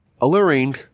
alluring –